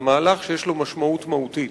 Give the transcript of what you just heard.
אלא מהלך שיש לו משמעות מהותית,